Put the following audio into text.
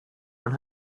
one